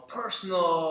personal